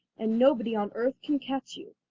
and nobody on earth can catch you.